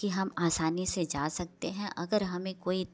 की हम असानी से जा सकते हैं अगर हमें कोई